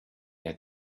had